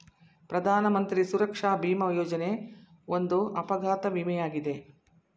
ಪ್ರಧಾನಮಂತ್ರಿ ಸುರಕ್ಷಾ ಭಿಮಾ ಯೋಜನೆ ಒಂದು ಅಪಘಾತ ವಿಮೆ ಯಾಗಿದೆ